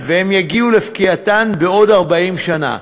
והן יגיעו לפקיעתן בעוד 40 שנה.